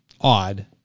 odd